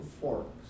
forks